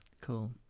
Cool